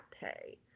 pay